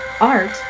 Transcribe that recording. art